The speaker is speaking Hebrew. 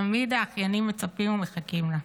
תמיד האחיינים מצפים ומחכים לה.